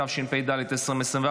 התשפ"ד 2024,